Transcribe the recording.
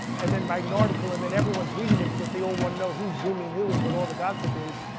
and then write an article. and then everyone's reading it because they all want to know who's zooming who, and what all the gossip is.